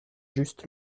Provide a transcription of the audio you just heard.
just